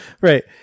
Right